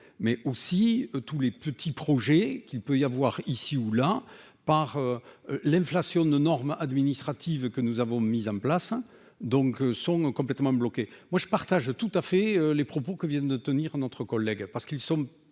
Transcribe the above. mais aussi tous les petits projets qu'il peut y avoir ici ou là par l'inflation ne normes administratives que nous avons mis en place donc sont complètement bloqués, moi je partage tout à fait les propos que vient de tenir notre collègue parce qu'ils sont